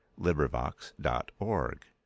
LibriVox.org